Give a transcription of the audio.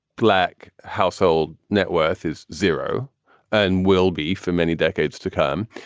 black household net worth is zero and will be for many decades to come,